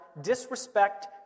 disrespect